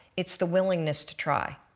it's the willingness to try